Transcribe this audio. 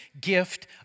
gift